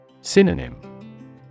Synonym